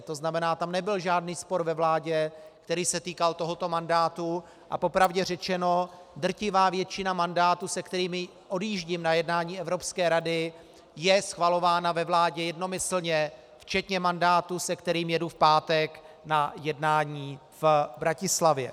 To znamená, tam nebyl žádný spor ve vládě, který se týkal tohoto mandátu, a po pravdě řečeno drtivá většina mandátů, se kterými odjíždím na jednání Evropské rady, je schvalována ve vládě jednomyslně včetně mandátu, se kterým jedu v pátek na jednání v Bratislavě.